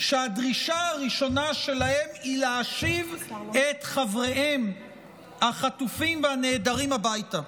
שהדרישה הראשונה שלהם היא להשיב את חבריהם החטופים והנעדרים הביתה,